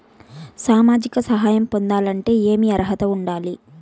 సామాజిక సహాయం పొందాలంటే ఏమి అర్హత ఉండాలి?